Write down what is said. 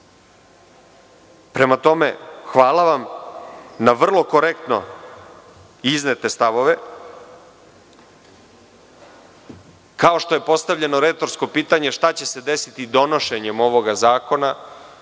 tome, hvala vam na vrlo korektno iznetim stavovima. Kao što je postavljeno retorsko pitanje – šta će se desiti donošenjem ovog zakona,